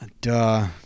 Duh